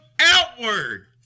outward